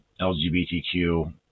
LGBTQ